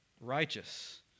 righteous